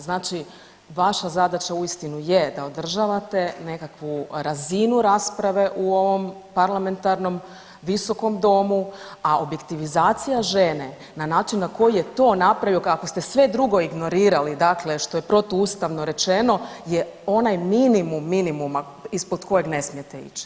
Znači vaša zadaća uistinu je da održavate nekakvu razinu rasprave u ovom parlamentarnom visokom domu, a objektivizacija žene na način na koji je to napravio kako ste sve drugo ignorirali što je protuustavno rečeno je onaj minimum, minimuma ispod kojeg ne smijete ići.